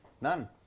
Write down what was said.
None